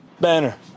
banner